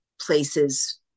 places